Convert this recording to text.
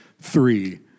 three